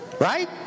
Right